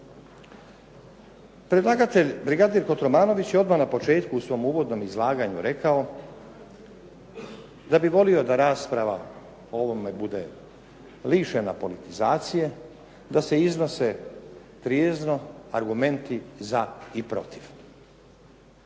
Predlagatelj brigadir Kotromanović je odmah na početku u svom uvodnom izlaganju rekao da bi volio da rasprava o ovome bude lišena politizacije, da se iznose trijezno argumenti za i protiv.